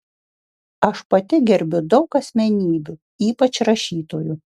aš pati gerbiu daug asmenybių ypač rašytojų